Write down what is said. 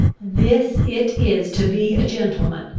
this it is to be a gentleman!